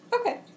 Okay